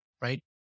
right